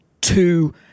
two